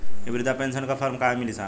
इ बृधा पेनसन का फर्म कहाँ मिली साहब?